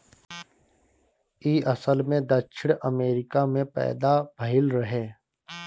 इ असल में दक्षिण अमेरिका में पैदा भइल रहे